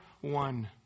one